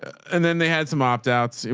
and then they had some opt-outs, and